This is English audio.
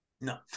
No